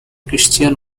christian